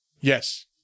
Yes